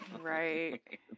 right